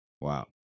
Wow